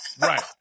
Right